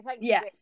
Yes